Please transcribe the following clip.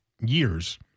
years